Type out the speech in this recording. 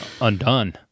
undone